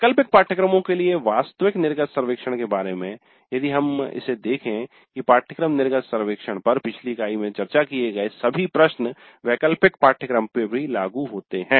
वैकल्पिक पाठ्यक्रमों के लिए वास्तविक निर्गत सर्वेक्षण के बारे में यदि हम इसे देखें कि पाठ्यक्रम निर्गत सर्वेक्षण पर पिछली इकाई में चर्चा किए गए सभी प्रश्न वैकल्पिक पाठ्यक्रम पर भी लागू होते हैं